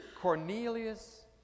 Cornelius